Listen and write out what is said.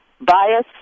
bias